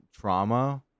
trauma